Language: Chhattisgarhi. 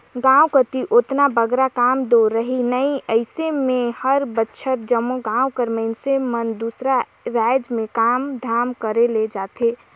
गाँव कती ओतना बगरा काम दो रहें नई अइसे में हर बछर जम्मो गाँव कर मइनसे मन दूसर राएज में काम धाम करे ले जाथें